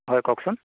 হয় কওকচোন